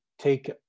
take